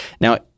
now